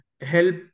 help